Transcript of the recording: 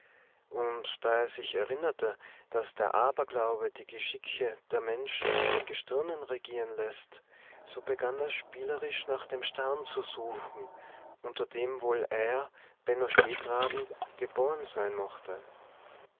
und da er sich erinnerte daß der aberglaube die geschicke der menschen von den gestirnen regieren läßt so begann er spielerisch nach dem stern zu suchen unter dem wohl er benno stehkragen geboren sein mochte